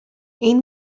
این